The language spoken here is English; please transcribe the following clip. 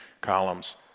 columns